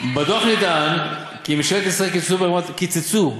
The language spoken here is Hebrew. בדוח נטען כי ממשלות ישראל קיצצו,